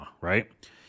right